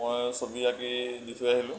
মই ছবি আঁকি দি থৈ আহিলোঁ